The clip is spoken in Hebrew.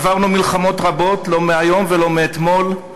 עברנו מלחמות רבות, לא מהיום ולא מאתמול,